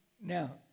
Now